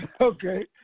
okay